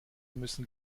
müssen